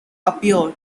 appear